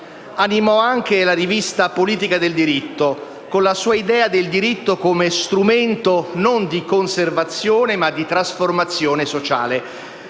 Animò anche la rivista «Politica del diritto», con la sua idea del diritto come strumento non di conservazione ma di trasformazione sociale.